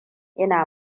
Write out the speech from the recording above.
ina